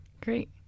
Great